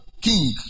king